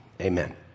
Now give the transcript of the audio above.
amen